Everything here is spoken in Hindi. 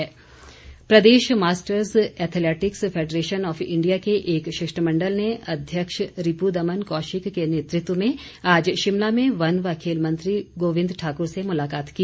शिष्टमंडल प्रदेश masters athletics federation of India के एक शिष्टमंडल ने अध्यक्ष रिपू दमन कौशिक के नेतृत्व में आज शिमला में वन व खेल मंत्री गोविंद ठाकुर से मुलाकात की